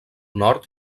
nord